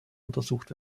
untersucht